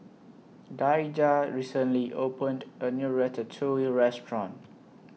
Daijah recently opened A New Ratatouille Restaurant